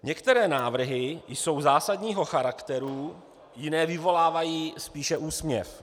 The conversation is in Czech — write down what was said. Některé návrhy jsou zásadního charakteru, jiné vyvolávají spíše úsměv.